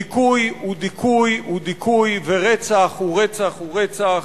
דיכוי הוא דיכוי הוא דיכוי ורצח הוא רצח הוא רצח.